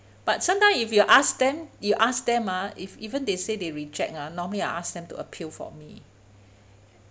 but sometime if you ask them you ask them ah ev~ even they say they reject ah normally I ask them to appeal for me